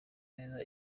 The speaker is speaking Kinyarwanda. neza